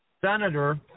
senator